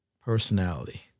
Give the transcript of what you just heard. personality